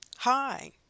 Hi